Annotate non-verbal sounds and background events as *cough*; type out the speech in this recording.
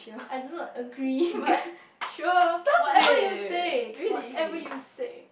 I do not agree but *breath* sure whatever you say whatever you say